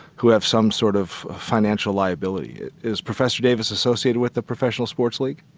who have some sort of financial liability. is professor davis associated with a professional sports league?